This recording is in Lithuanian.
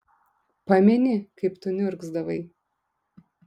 pameni kaip tu niurgzdavai